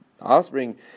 offspring